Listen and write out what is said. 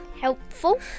helpful